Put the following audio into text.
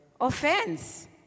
Offense